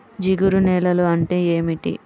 జిగురు నేలలు అంటే ఏమిటీ?